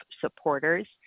supporters